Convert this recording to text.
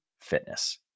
fitness